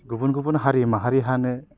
गुबुन गुबुन हारि माहारिहानो